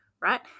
right